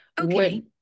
Okay